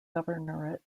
governorate